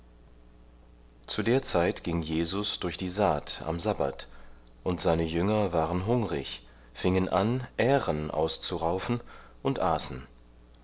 zu der zeit ging jesus durch die saat am sabbat und seine jünger waren hungrig fingen an ähren auszuraufen und aßen